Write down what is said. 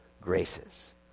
graces